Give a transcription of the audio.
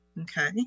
okay